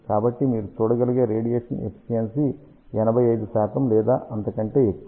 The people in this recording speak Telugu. కాబట్టి మీరు చూడగలిగే రేడియేషన్ ఎఫిషియన్షి 85 లేదా అంతకంటే ఎక్కువ